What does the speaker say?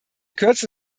kürze